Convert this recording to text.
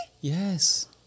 Yes